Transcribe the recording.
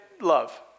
love